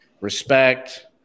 respect